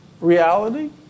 reality